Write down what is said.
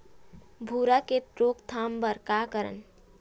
भूरा के रोकथाम बर का करन?